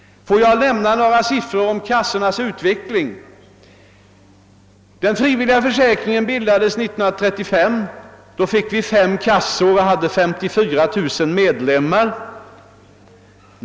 Får jag lämna några siffror om kassornas utveckling. Den frivilliga försäkringen bildades 1935. Då fick vi fem kassor med 54 000 medlemmar.